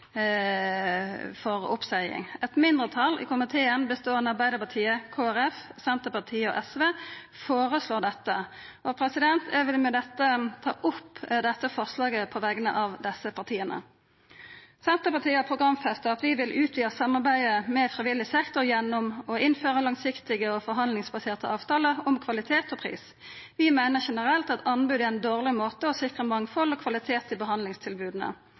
for oppseiing. Eit mindretal i komiteen, beståande av Arbeidarpartiet, Kristeleg Folkeparti, Senterpartiet og SV, foreslår dette, og eg vil med dette ta opp dette forslaget på vegner av desse partia. Senterpartiet har programfesta at vi vil utvida samarbeidet med frivillig sektor gjennom å innføra langsiktige og forhandlingsbaserte avtalar om kvalitet og pris. Vi meiner generelt at anbod er ein dårleg måte å sikra mangfald og kvalitet på i behandlingstilboda.